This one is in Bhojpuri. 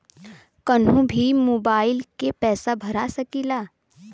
कन्हू भी मोबाइल के पैसा भरा सकीला?